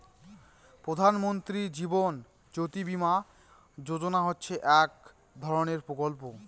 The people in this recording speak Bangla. প্রধান মন্ত্রী জীবন জ্যোতি বীমা যোজনা হচ্ছে এক ধরনের প্রকল্প